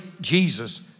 Jesus